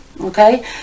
okay